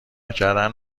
کردن